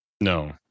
No